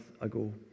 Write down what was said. ago